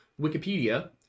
Wikipedia